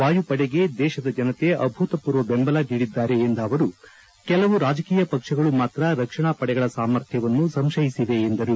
ವಾಯುಪಡೆಗೆ ದೇಶದ ಜನತೆ ಅಭೂತಪೂರ್ವ ಬೆಂಬಲ ನೀಡಿದಾರೆ ಎಂದ ಅವರು ಕೆಲವು ರಾಜಕೀಯ ಪಕ್ಷಗಳು ಮಾತ್ರ ರಕ್ಷಣಾ ಪಡೆಗಳ ಸಾಮರ್ಥ್ಯವನ್ನು ಸಂಶಯಿಸಿವೆ ಎಂದರು